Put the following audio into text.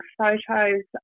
photos